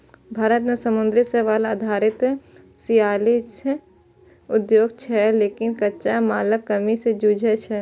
भारत मे समुद्री शैवाल आधारित छियालीस उद्योग छै, लेकिन कच्चा मालक कमी सं जूझै छै